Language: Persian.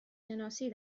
شناسی